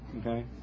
okay